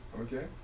okay